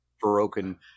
broken